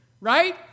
right